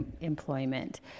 employment